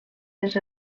les